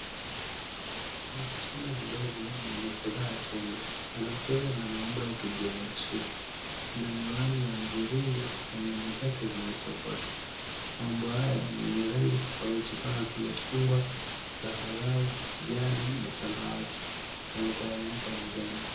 Mschana mdogo mwenye furaha tele. Anacheza na maumbo ya kijiometria. Ana miwani ya mviringo na nywele zake zimesokotwa. maumbo haya ni yenye rangi tofauti kama vile chungwa, zambarau, kijani na samawati; yametawanyika mezani.